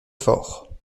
forts